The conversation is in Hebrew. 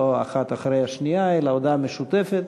לא האחת אחרי השנייה אלא הודעה משותפת.